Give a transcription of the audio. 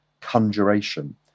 conjuration